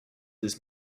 this